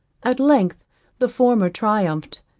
at length the former triumphed,